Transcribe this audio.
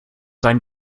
dein